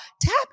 tap